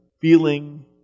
feeling